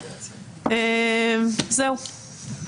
זהו.